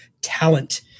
talent